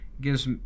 gives